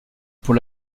pour